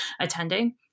attending